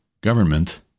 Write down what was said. government